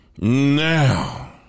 Now